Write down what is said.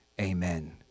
amen